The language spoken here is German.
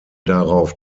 darauf